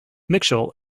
mitchell